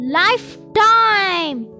lifetime